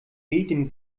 dem